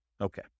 Okay